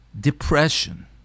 Depression